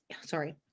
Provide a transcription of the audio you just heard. sorry